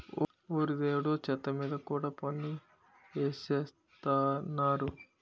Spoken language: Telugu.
ఓరి దేవుడో చెత్త మీద కూడా పన్ను ఎసేత్తన్నారు